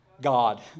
God